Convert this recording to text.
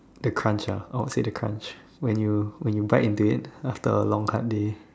the crunch ah I would say the crunch when you when you bite into it after a long hard day